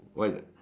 what is that